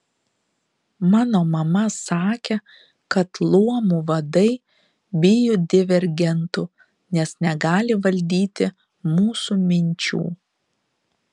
mano mama sakė kad luomų vadai bijo divergentų nes negali valdyti mūsų minčių